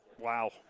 Wow